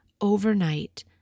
overnight